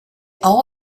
all